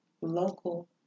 local